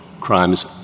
crimes